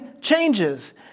changes